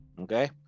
Okay